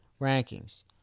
rankings